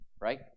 right